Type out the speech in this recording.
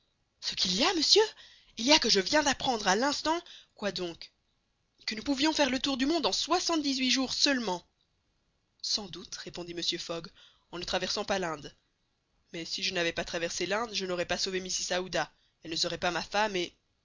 ce qu'il y a monsieur il y a que je viens d'apprendre à l'instant quoi donc que nous pouvions faire le tour du monde en soixante-dix-huit jours seulement sans doute répondit mr fogg en ne traversant pas l'inde mais si je n'avais pas traversé l'inde je n'aurais pas sauvé mrs aouda elle ne serait pas ma femme et